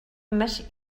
més